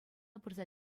пырса